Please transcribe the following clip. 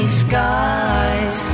skies